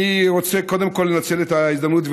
קורה עם הרפת המשפחתית.